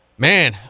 Man